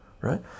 right